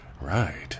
right